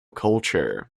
culture